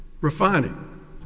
refining